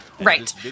right